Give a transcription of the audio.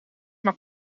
maar